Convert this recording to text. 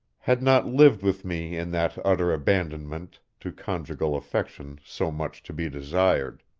had not lived with me in that utter abandonment to conjugal affection so much to be desired.